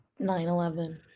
9/11